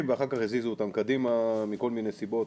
ואחר כך הזיזו אותם קדימה מכל מיני סיבות,